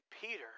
Peter